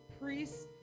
priests